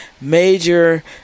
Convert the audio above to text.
major